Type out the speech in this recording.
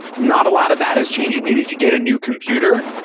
not a lot of that is changing. maybe if you get a new computer,